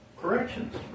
corrections